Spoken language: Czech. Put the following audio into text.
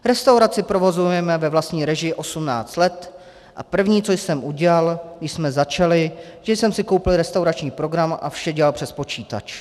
Restauraci provozujeme ve vlastní režii 18 let a první, co jsem udělal, když jsme začali, že jsem si koupil restaurační program a vše dělal přes počítač.